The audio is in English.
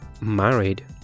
married